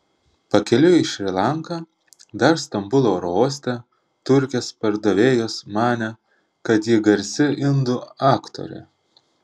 pakeliui į šri lanką dar stambulo oro uoste turkės pardavėjos manė kad ji garsi indų aktorė